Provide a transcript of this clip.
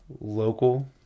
local